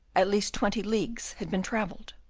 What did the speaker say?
at least twenty leagues had been travelled.